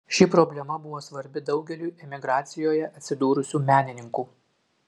ši problema buvo svarbi daugeliui emigracijoje atsidūrusių menininkų